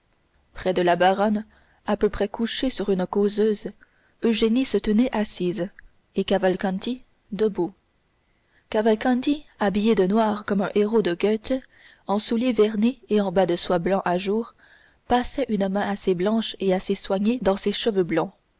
près de la baronne à peu près couchée sur une causeuse eugénie se tenait assise et cavalcanti debout cavalcanti habillé de noir comme un héros de goethe en souliers vernis et en bas de soie blancs à jour passait une main assez blanche et assez soignée dans ses cheveux blonds